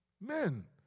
Men